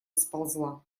сползла